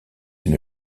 une